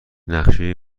نقشه